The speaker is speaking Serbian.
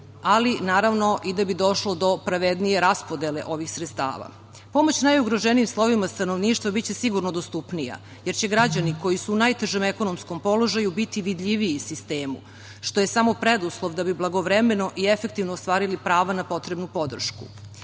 ali naravno i da bi došlo do pravednije raspodele ovi sredstava. Pomoć najugroženijim slojevima stanovništva biće sigurno dostupnija, jer će građani koji su u najtežem ekonomskom položaju biti vidljiviji sistemu, što je samo preduslov da bi blagovremeno i efektivno ostvarili pravo na potrebnu podršku. Najveći